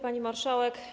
Pani Marszałek!